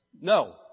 no